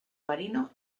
marino